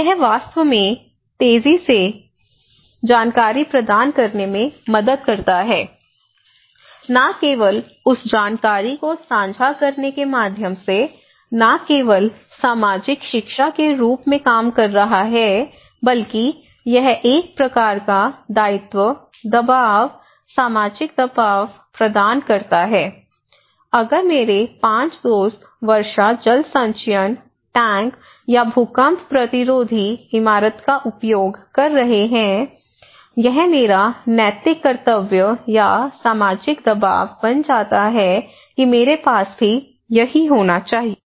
यह वास्तव में तेजी से जानकारी प्रदान करने में मदद करता है न केवल उस जानकारी को साझा करने के माध्यम से न केवल सामाजिक शिक्षा के रूप में काम कर रहा है बल्कि यह एक प्रकार का दायित्व दबाव सामाजिक दबाव प्रदान करता है अगर मेरे 5 दोस्त वर्षा जल संचयन टैंक या भूकंप प्रतिरोधी इमारत का उपयोग कर रहे हैं यह मेरा नैतिक कर्तव्य या सामाजिक दबाव बन जाता है कि मेरे पास भी यही होना चाहिए